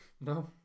No